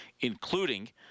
including